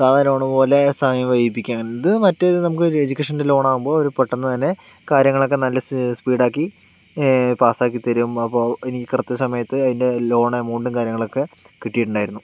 സാധാ ലോണ് പോലെ സമയം വൈകിപ്പിക്കുക ഇത് മറ്റത് നമ്മടെ എഡ്യൂക്കേഷൻ്റെ ലോൺ ആകുമ്പോൾ അവര് പെട്ടെന്ന് തന്നെ കാര്യങ്ങളൊക്കെ നല്ല സീ സ്പീഡാക്കി പാസാക്കി തരും അപ്പോൾ ഇനി കൃത്യ സമയത്ത് അതിൻ്റെ ലോൺ എമൗണ്ടും കാര്യങ്ങളൊക്കെ കിട്ടിയിട്ടുണ്ടായിരുന്നു